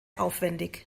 aufwendig